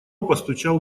постучал